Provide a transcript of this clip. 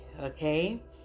okay